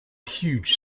huge